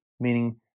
meaning